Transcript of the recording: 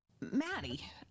Maddie